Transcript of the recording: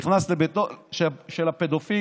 נכנס לביתו של הפדופיל,